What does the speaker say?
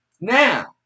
Now